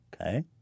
Okay